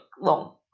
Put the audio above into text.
long